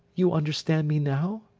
you understand me now